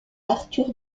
arthur